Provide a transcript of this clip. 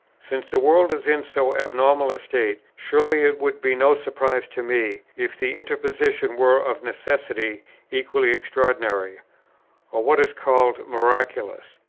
since the world is in so abnormal a state, surely it would be no surprise to me, if the interposition were of necessity equally extraordinary or what is called miraculous.